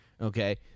Okay